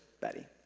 Betty